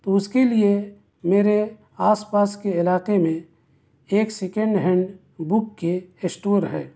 تو اس کے لئے میرے آس پاس کے علاقے میں ایک سیکنڈ ہینڈ بک کے اسٹور ہے